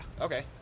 okay